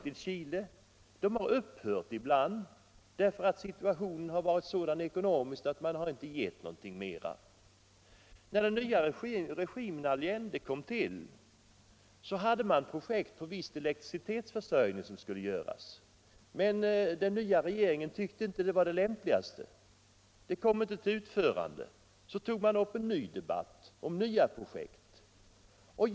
Ibland har lånen upphört därför att den ekonomiska situationen varit sådan att man inte velat ge mera. När regimen Allende trädde till, hade man projekt på viss elektricitetsförsörjning. Men den nya regeringen tyckte inte att det var det lämpligaste, och projektet kom inte till utförande. Så tog man upp en diskussion om nya projekt.